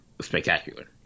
spectacular